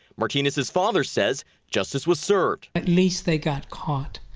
martinez's father says justice was served at least they got caught.